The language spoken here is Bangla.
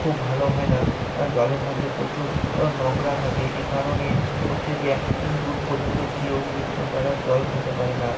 খুব ভালো হয় না জলের মধ্যে প্রচুর নোংরা থাকে এই কারণে হচ্ছে যে দূর পর্যন্ত গিয়েও তারা জল খেতে পারে না